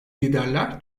liderler